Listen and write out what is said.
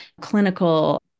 clinical